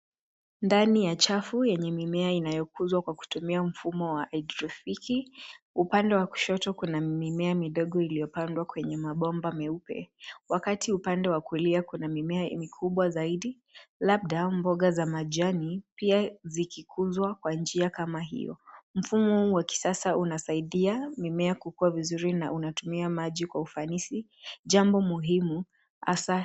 Ndani ya chafu yenye mimea inayokuzwa kwa kutumia mfumo wa hidrofiki. Upande wa kushoto kuna mimea midogo iliopandwa kwenye mabomba meupe. Wakati upande wa kulia kuna mimea mikubwa zaidi, labda mboga za majani pia zikikuzwa kwa njia kama hiyo. Mfumo huu wa kisasa unasaidia mimea kukua vizuri na unatumia maji kwa ufanisi, jambo muhimu.